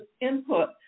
input